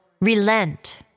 relent